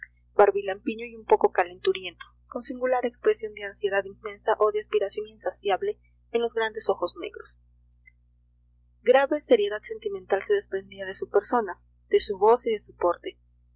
barbilampiño y un poco calenturiento con singular expresión de ansiedad inmensa o de aspiración insaciable en los grandes ojos negros grave seriedad sentimental se desprendía de su persona de su voz y de